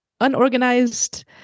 unorganized